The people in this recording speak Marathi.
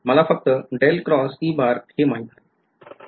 मला फक्त हे माहिती आहे